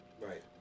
Right